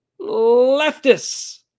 leftists